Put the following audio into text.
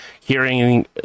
hearing